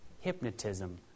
hypnotism